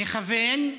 מכוון,